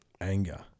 anger